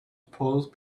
pose